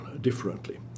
differently